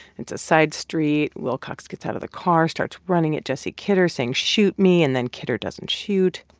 it's a side street. wilcox gets out of the car, starts running at jesse kidder, saying, shoot me. and then kidder doesn't shoot.